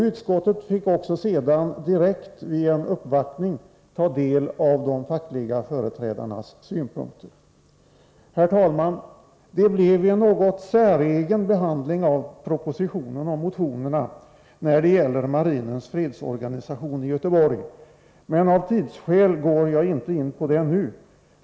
Utskottet fick sedan också direkt via en uppvaktning ta del av de fackliga företrädarnas synpunkter. Herr talman! Det blev en någon säregen behandling av propositionen och motionen när det gäller marinens fredsorganisation i Göteborg, men av tidsskäl går jag inte in på det nu.